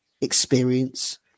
experience